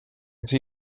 see